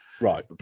Right